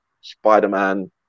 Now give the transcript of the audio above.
spider-man